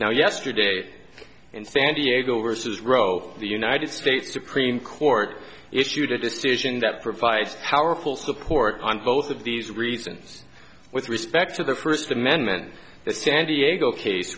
now yesterday in san diego vs rowe the united states supreme court issued a decision that provides powerful support on both of these reasons with respect to the first amendment the san diego ca